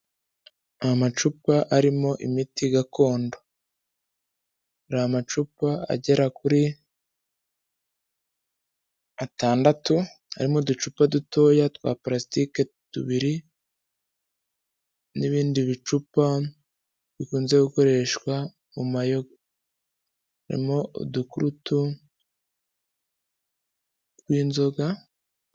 Amacupa arimo imiti gakondo, hari amacupa agera kuri atandatu, harimo uducupa dutoya twa palasitike tubiri n'ibindi bicupa bikunze gukoreshwa mu mayoga, harimo utugurudu tw'inzoga...